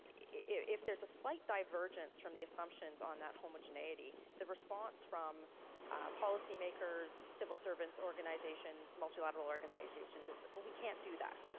if there's a slight divergence from the assumptions on that homogeneity, the response from policy makers, civil servants, organizations, multilateral organizations is, well, we can't do that,